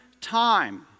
time